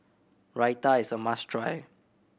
raita is a must try